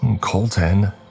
colton